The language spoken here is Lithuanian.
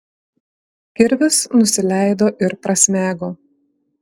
kirvis nusileido ir prasmego